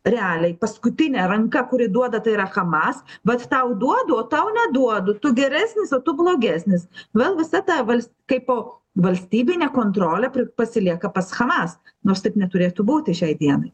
realiai paskutinė ranka kuri duoda tai yra hamas vat tau duodu o tau neduodu tu geresnis o tu blogesnis vėl visa ta vals kaipo valstybinė kontrolė pri pasilieka pas hamas nors taip neturėtų būti šiai dienai